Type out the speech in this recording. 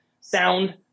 sound